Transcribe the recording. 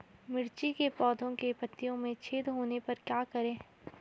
मिर्ची के पौधों के पत्तियों में छेद होने पर क्या करें?